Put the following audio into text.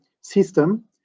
system